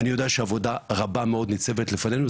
אני יודע שעבודה רבה מאוד ניצבת לפנינו,